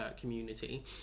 community